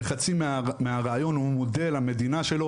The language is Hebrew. וחצי מהריאיון הוא מודה למדינה שלו